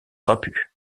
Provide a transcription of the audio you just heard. trapu